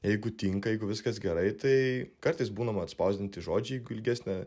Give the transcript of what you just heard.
jeigu tinka jeigu viskas gerai tai kartais būna atspausdinti žodžiai jeigu ilgesnė